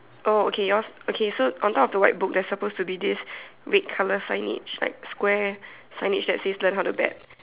oh okay yours okay so on top of the white book there supposed to be this red colour signage like square signage that says learn how to bet